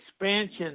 expansion